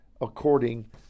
according